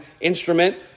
instrument